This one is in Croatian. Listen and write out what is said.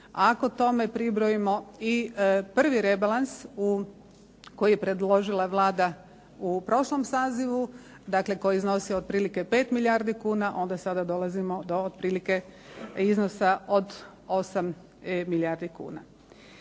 Ako tome pribrojimo i 1. rebalans koji je predložila Vlada u prošlom sazivu, dakle koji je iznosio otprilike 5 milijarde kuna, onda sada dolazimo do otprilike iznosa od 8 milijardi kuna.